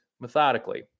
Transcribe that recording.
methodically